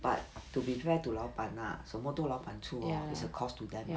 but to be fair to 老板 lah 什么都老板出 is a cost to them lah